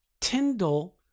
Tyndall